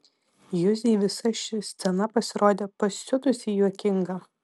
juzei visa ši scena pasirodė pasiutusiai juokinga